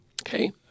Okay